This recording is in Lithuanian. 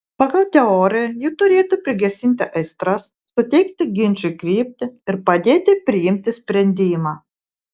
pagal teoriją ji turėtų prigesinti aistras suteikti ginčui kryptį ir padėti priimti sprendimą